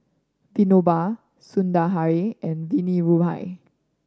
Dinoba Sundaraiah and Dhirubhai